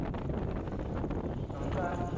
ᱱᱚᱝᱠᱟᱱ